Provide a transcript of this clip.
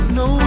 no